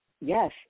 yes